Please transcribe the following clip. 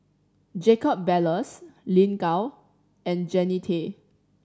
Jacob Ballas Lin Gao and Jannie Tay